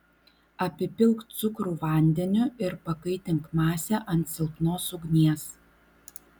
apipilk cukrų vandeniu ir pakaitink masę ant silpnos ugnies